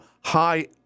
high